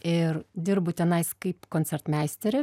ir dirbu tenais kaip koncertmeisterė